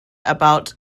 about